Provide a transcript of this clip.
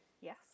Yes